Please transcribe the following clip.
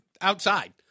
outside